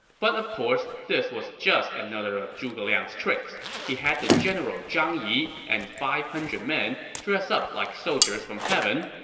but of course, this was another of zhuge liang's tricks. he had the general zhang yi and five hundred men dress up like soldiers from heaven,